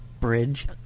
Bridge